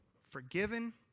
forgiven